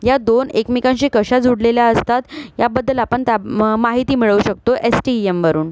या दोन एकमेकांशी कशा जुळलेल्या असतात याबद्दल आपण त्या माहिती मिळवू शकतो एसटीएमवरून